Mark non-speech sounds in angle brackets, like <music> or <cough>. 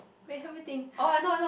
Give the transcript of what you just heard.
wait help me think <breath>